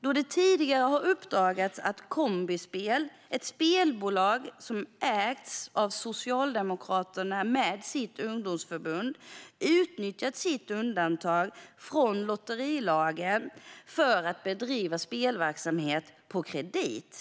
Det har tidigare uppdagats att Kombispel, ett spelbolag ägt av Socialdemokraterna och deras ungdomsförbund, utnyttjat sitt undantag från lotterilagen för att bedriva spelverksamhet på kredit.